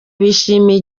bishimira